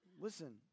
Listen